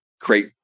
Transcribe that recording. create